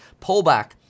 pullback